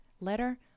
Letter